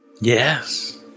Yes